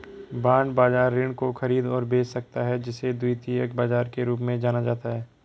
bond बाजार ऋण को खरीद और बेच सकता है जिसे द्वितीयक बाजार के रूप में जाना जाता है